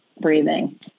Breathing